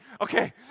Okay